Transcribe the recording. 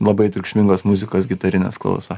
labai triukšmingos muzikos gitarinės klauso